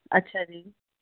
ਅੱਛਾ ਜੀ